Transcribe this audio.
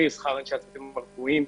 שכר הצוותים הרפואיים,